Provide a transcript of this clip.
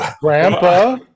grandpa